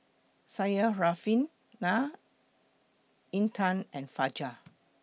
Syarafina Intan and Fajar